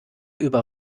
über